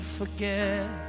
Forget